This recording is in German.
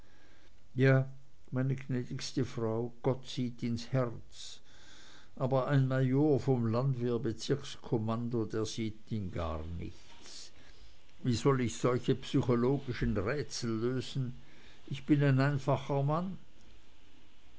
ja meine gnädigste frau gott sieht ins herz aber ein major vom landwehrbezirkskommando der sieht in gar nichts wie soll ich solche psychologischen rätsel lösen ich bin ein einfacher mann